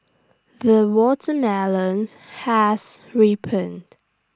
the watermelon has ripened